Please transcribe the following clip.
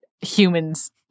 humans